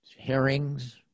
herrings